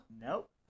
Nope